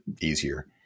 easier